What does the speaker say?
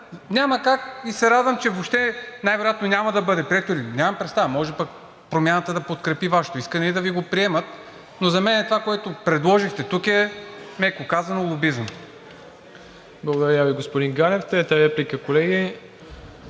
Няма как, и се радвам, че въобще най-вероятно няма да бъде приет. Нямам представа, може пък „Промяната“ да подкрепи Вашето искане и да Ви го приемат, но за мен това, което предложихте тук, е меко казано лобизъм. ПРЕДСЕДАТЕЛ МИРОСЛАВ ИВАНОВ: Благодаря Ви, господин Ганев. Трета реплика, колеги.